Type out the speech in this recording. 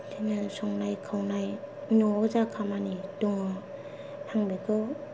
बिदिनो संनाय खावनाय न'आव जा खामानि दङ आं बेखौ